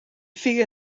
figa